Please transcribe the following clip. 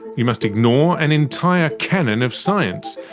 you must ignore an entire canon of science,